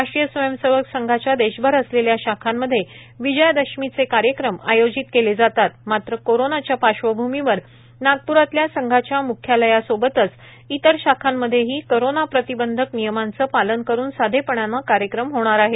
राष्ट्रीय स्वयंसेवक संघाच्या देशभर असलेल्या शाखांमध्ये विजयादशमीचे कार्यक्रम आयोजित केले जातात मात्र करोनाच्या पार्श्वभूमीवर नागप्रातल्या संघाच्या म्ख्यालया सोबतच इतर शाखांमध्येही करोना प्रतिबंधक नियमांचे पालन करून साधेपणाने कार्यक्रम होणार आहेत